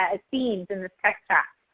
ah seeing in the text chat?